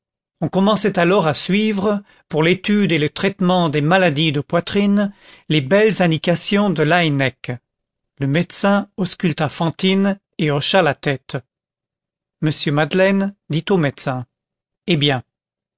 on commençait alors à suivre pour l'étude et le traitement des maladies de poitrine les belles indications de laennec le médecin ausculta fantine et hocha la tête m madeleine dit au médecin eh bien